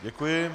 Děkuji.